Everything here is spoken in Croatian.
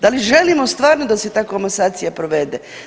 Da li želimo stvarno da se ta komasacija provede?